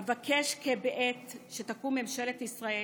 אבקש כי בעת שתקום ממשלת ישראל,